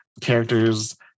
Characters